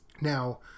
Now